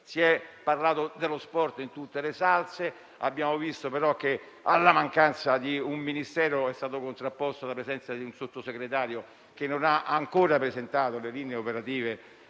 Si è parlato dello sport in tutte le salse, ma abbiamo visto che, alla mancanza di un apposito Ministero, è stata contrapposta la presenza di un Sottosegretario, che non ha ancora presentato le linee operative